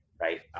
right